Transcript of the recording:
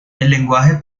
lenguaje